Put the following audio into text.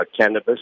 cannabis